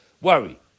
worry